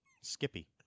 Skippy